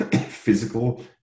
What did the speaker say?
physical